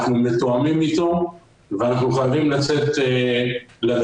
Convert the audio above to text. אנחנו מתואמים איתו ואנחנו חייבים לצאת לדרך.